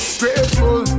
grateful